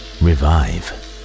revive